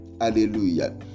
Hallelujah